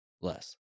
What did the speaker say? less